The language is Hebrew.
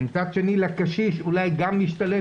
מצד שני לקשיש אולי גם משתלם,